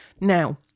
Now